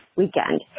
weekend